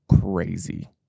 crazy